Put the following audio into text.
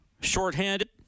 shorthanded